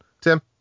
Tim